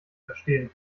verstehen